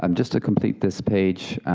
um just to complete this page,